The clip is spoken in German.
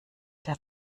der